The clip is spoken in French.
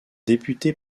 député